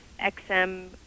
XM